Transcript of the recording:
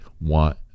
want